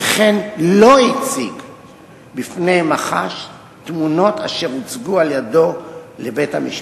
וכן לא הציג בפני מח"ש תמונות אשר הוצגו על-ידו לבית-המשפט.